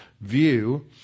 view